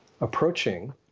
approaching